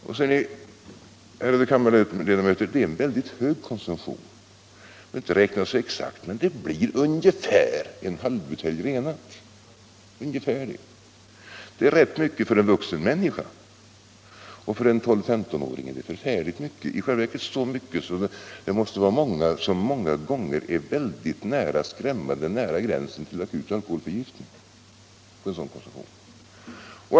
Och, ser ni, ärade kammarledamöter, det är en väldigt hög konsumtion. Man behöver inte räkna exakt men det blir ungefär en halvbutelj renat. Det är rätt mycket för en vuxen människa, och för en 12-15-åring är det förfärligt mycket, i själva verket så mycket att många av ungdomarna ofta är skrämmande nära gränsen till akut alkoholförgiftning med en sådan konsumtion.